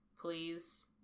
please